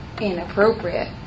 inappropriate